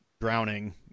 drowning